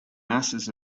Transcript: masses